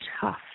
tough